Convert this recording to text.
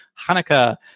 Hanukkah